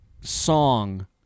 song